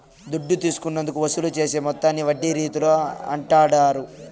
దుడ్డు తీసుకున్నందుకు వసూలు చేసే మొత్తాన్ని వడ్డీ రీతుల అంటాండారు